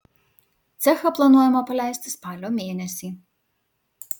cechą planuojama paleisti spalio mėnesį